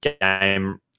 game